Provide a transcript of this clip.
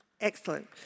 Excellent